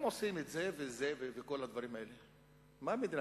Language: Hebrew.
אם עושים את זה וזה ואת כל הדברים האלה, מה תקבל